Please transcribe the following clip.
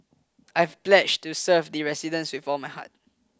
I've pledged to serve the residents with all my heart